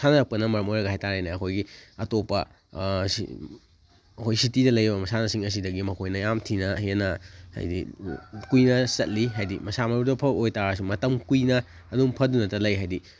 ꯁꯥꯟꯅꯔꯛꯄꯅ ꯃꯔꯝ ꯑꯣꯏꯔꯒ ꯍꯥꯏꯇꯥꯔꯦꯅꯦ ꯑꯩꯈꯣꯏꯒꯤ ꯑꯇꯣꯞꯄ ꯑꯩꯈꯣꯏ ꯁꯤꯇꯤꯗ ꯂꯩꯕ ꯃꯁꯥꯟꯅꯁꯤꯡ ꯑꯁꯤꯗꯒꯤ ꯃꯈꯣꯏꯅ ꯌꯥꯝ ꯊꯤꯅ ꯍꯦꯟꯅ ꯍꯥꯏꯗꯤ ꯀꯨꯏꯅ ꯆꯠꯂꯤ ꯍꯥꯏꯗꯤ ꯃꯁꯥ ꯃꯎꯨꯗꯣ ꯐꯕ ꯑꯣꯏꯕꯇꯥꯔꯒꯁꯨ ꯃꯇꯝ ꯀꯨꯏꯅ ꯑꯗꯨꯝ ꯐꯗꯨꯅꯇ ꯂꯩ ꯍꯥꯏꯗꯤ